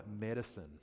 medicine